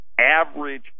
average